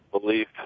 belief